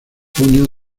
puño